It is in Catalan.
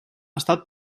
estat